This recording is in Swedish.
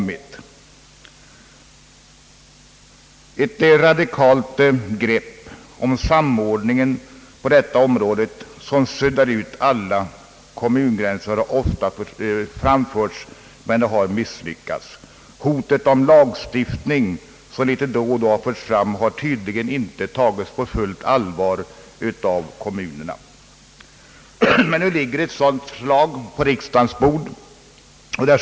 Man har ofta sökt ta ett radikalt grepp om samordningen på detta område för att sudda ut alla kommungränser, men försöken har misslyckats. Hotet om lagstiftning — som litet då och då förts fram — har tydligen inte tagits på fullt allvar av kommunerna. Men nu ligger ett förslag till lagstiftning på riksdagens bord.